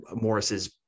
Morris's